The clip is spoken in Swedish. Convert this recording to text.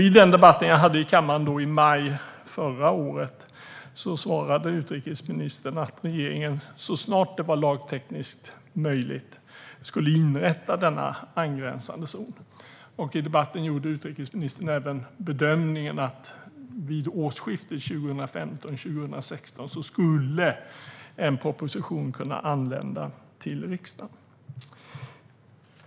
I debatten i maj förra året svarade utrikesministern att regeringen så snart det var lagtekniskt möjligt skulle inrätta denna angränsande zon. I debatten gjorde utrikesministern även bedömningen att vid årsskiftet 2015/16 skulle en proposition kunna anlända till riksdagen.